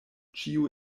ĉiu